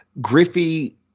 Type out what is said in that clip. Griffey